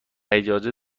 اجازه